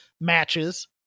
matches